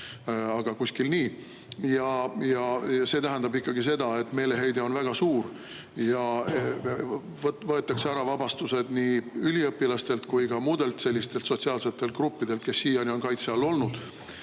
aga kuskil nii, ja see tähendab ikkagi seda, et meeleheide on väga suur. Võetakse ära vabastused nii üliõpilastelt kui ka muudelt sellistelt sotsiaalsetelt gruppidelt, kes siiani on kaitse all olnud.